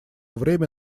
время